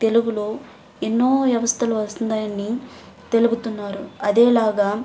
తెలుగులో ఎన్నో వ్యవస్థలు వస్తున్నాయని తెలుపుతున్నారు అదేలాగా